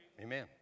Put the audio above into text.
Amen